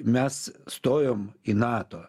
mes stojom į nato